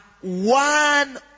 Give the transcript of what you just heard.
one